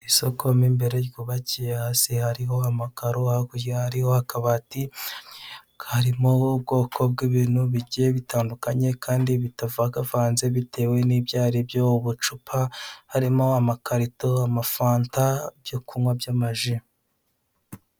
Isoko mo imbere ryubakiye hasi hariho amakaro hakurya hariho akabati karimo ubwoko bw'ibintu bigiye bitandukanye kandi bitavangavanze bitewe n'ibyari ubucupa harimo; amakarito amafanta, ibyokunywa by'amaji.